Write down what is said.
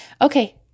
okay